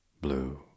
Blue